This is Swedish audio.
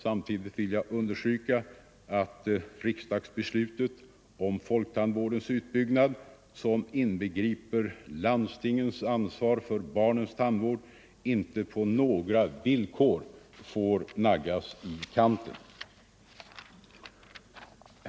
Samtidigt vill jag understryka att riksdagsbeslutet om folktand = m.m. vårdens utbyggnad, som inbegriper landstingens ansvar för barnens tandvård, inte på några villkor får naggas i kanten.